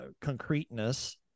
concreteness